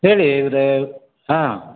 ಹೇಳಿ ಇವರೇ ಹಾಂ